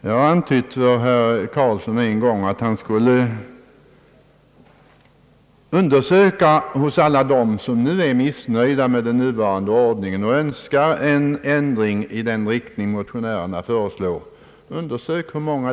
Jag har en gång antytt för herr Carlsson att han skulle undersöka hur många det är som är missnöjda med den nuvarande ordningen och önskar en ändring i den riktning motionärerna föreslår.